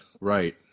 Right